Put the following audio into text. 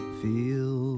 feel